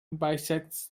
bisects